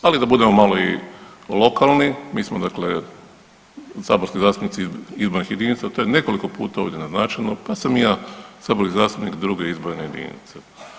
Ali da budemo malo i lokalni, mi smo dakle saborski zastupnici izbornih jedinica i to je nekoliko puta ovdje naznačeno, pa sam i ja saborski zastupnik 2. izborne jedinice.